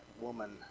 woman